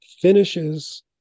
finishes